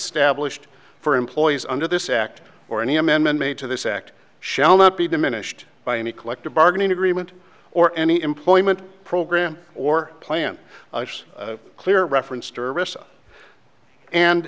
stablished for employees under this act or any amendment made to this act shall not be diminished by any collective bargaining agreement or any employment program or plan a clear reference